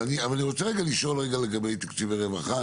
אבל אני רוצה רגע לשאול לגבי תקציבי רווחה,